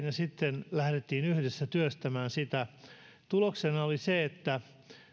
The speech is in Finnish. ja sitten lähdettiin yhdessä työstämään sitä tuloksena oli se että